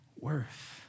worth